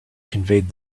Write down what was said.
conveyed